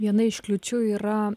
viena iš kliūčių yra